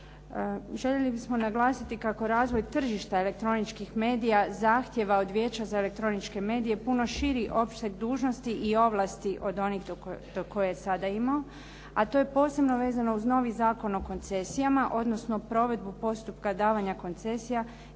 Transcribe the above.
Željeli bismo naglasiti kako razvoj tržišta elektroničkih medija zahtijeva od Vijeća za elektroničke medije puno širi opseg dužnosti i ovlasti od onih do kojih je sada imao, a to je posebno vezano uz novi Zakon o koncesijama, odnosno provedbu postupka davanja koncesija,